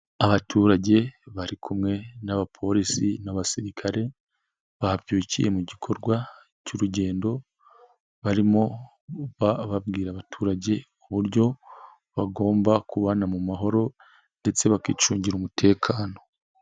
Abaturage bari kumwe n'abapolisi n'abasirikare, babyukiye mu gikorwa cy'urugendo, barimo babwira abaturage, uburyo bagomba kubana mu mahoro ndetse bakicungira umutekano.